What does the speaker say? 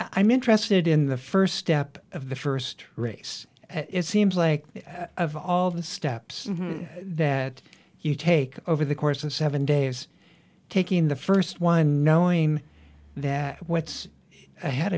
i'm interested in the first step of the first race it seems like of all the steps that you take over the course of seven days taking the first one knowing that what's ahead